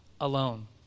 alone